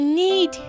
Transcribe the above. need